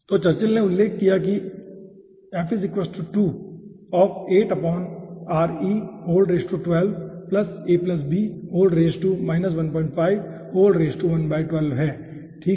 तो चर्चिल ने उल्लेख किया है कि है ठीक है